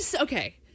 okay